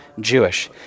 Jewish